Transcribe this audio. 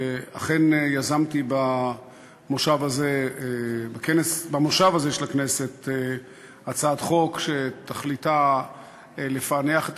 אכן יזמתי במושב הזה של הכנסת הצעת חוק שתכליתה לפענח את